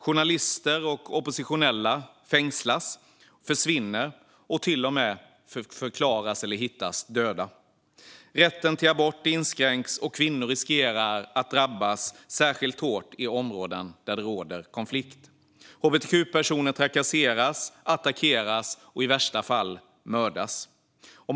Journalister och oppositionella fängslas, försvinner och till och med förklaras eller hittas döda. Rätten till abort inskränks, och kvinnor riskerar att drabbas särskilt hårt i områden där det råder konflikt. Hbtq-personer trakasseras, attackeras och i värsta fall mördas.